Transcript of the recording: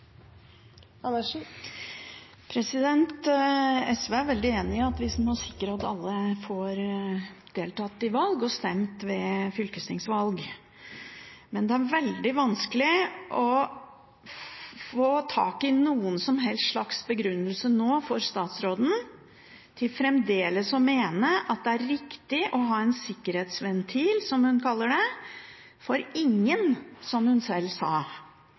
veldig enig i at vi må sikre at alle får deltatt i valg og stemt ved fylkestingsvalg, men det er veldig vanskelig å få tak i noen som helst slags begrunnelse for at statsråden fremdeles mener det er riktig å ha en sikkerhetsventil, som hun kaller det, for «ingen», som hun selv sa,